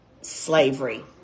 slavery